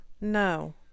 no